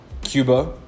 Cuba